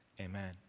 amen